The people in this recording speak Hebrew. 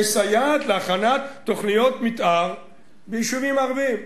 להכנת תוכניות מיתאר ביישובים הערביים.